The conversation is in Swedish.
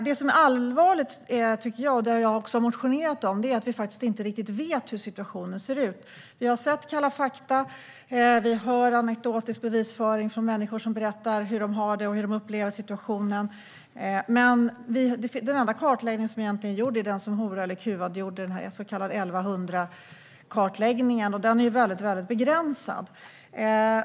Det som jag tycker är allvarligt och som jag också har motionerat om är att vi faktiskt inte riktigt vet hur situationen ser ut. Vi har sett Kalla fakta , vi har anekdotiska bevis från människor som berättar hur de har det och hur de upplever situationen, men den enda kartläggning som egentligen är gjord är den som Varken hora eller kuvad gjorde, den så kallade Elvahundrakartläggningen, och den är väldigt begränsad.